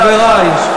חברי,